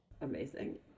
Amazing